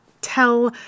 tell